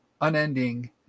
unending